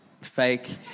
fake